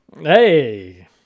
Hey